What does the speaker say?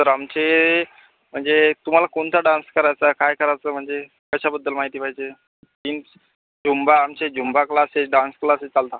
sir आमचे म्हणजे तुम्हाला कोणता डान्स करायचा काय करायचं म्हणजे कशाबद्दल माहिती पाहिजे कीं जुम्बा आमचे जुम्बा क्लासेस डान्स क्लासेस चालतात